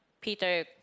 Peter